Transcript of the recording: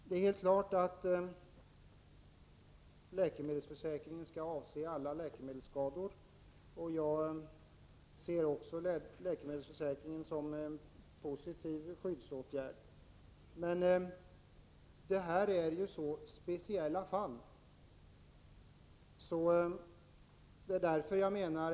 Det är helt klart att läkemedelsförsäkringen skall gälla alla läkemedelsskador. Jag ser också läkemedelsförsäkringen som en positiv skyddsåtgärd. Men detta är ett så speciellt fall.